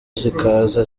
zikaza